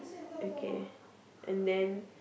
okay and then